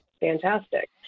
fantastic